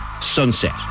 sunset